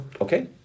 Okay